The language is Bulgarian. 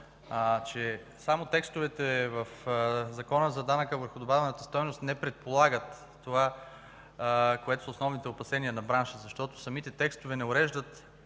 че само текстовете в Закона за данъка върху добавената стойност не предполагат това, което са основните опасения на бранша, защото самите текстове не уреждат